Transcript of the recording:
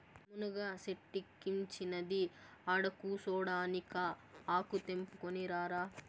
మునగ సెట్టిక్కించినది ఆడకూసోడానికా ఆకు తెంపుకుని రారా